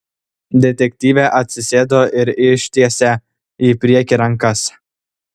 detektyvė atsisėdo ir ištiesė į priekį rankas